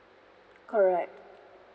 correct